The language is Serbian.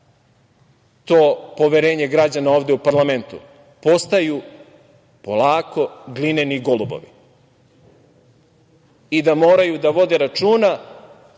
to poverenje građana ovde u parlamentu, postaju polako glineni golubovi i da moraju da vode računa